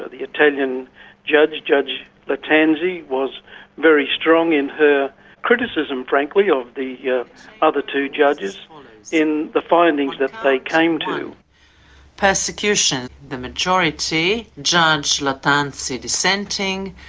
ah the italian judge, judge lattanzi, was very strong in her criticism frankly of the yeah other two judges in the findings that they came persecution the majority judge lattanzi dissenting,